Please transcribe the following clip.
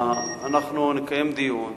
אנחנו נקיים דיון,